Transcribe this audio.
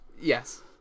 Yes